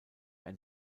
ein